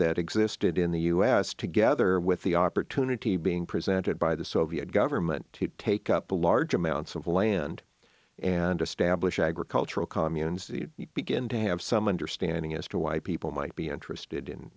that existed in the us together with the opportunity being presented by the soviet government to take up a large amounts of land and establish agricultural communes you begin to have some understanding as to why people might be interested in